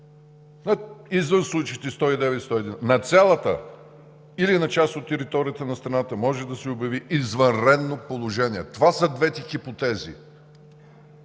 извън случаите на чл. 109 и сто и…, на цялата или на част от територията на страната, може да се обяви извънредно положение.“ Това са двете хипотези!